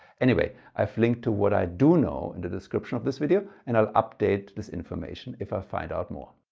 anyway i've linked to what i do know in the description of this video and i'll update this information if i find out more.